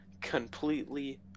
completely